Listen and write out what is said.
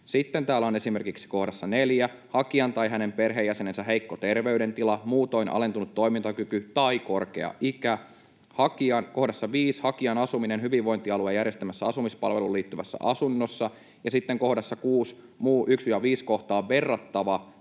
Sitten täällä on esimerkiksi kohdassa 4 ”hakijan tai hänen perheenjäsenensä heikko terveydentila, muutoin alentunut toimintakyky tai korkea ikä” ja kohdassa 5 ”hakijan asuminen hyvinvointialueen järjestämässä asumispalveluun liittyvässä asunnossa” ja sitten kohdassa 6 ”muu 1—5 kohtaan verrattava